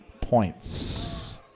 points